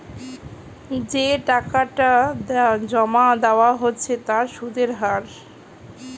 যে টাকাটা জমা দেওয়া হচ্ছে তার সুদের হার